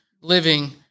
living